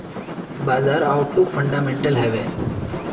बाजार outlook fundamental हैवै?